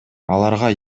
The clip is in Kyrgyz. аларга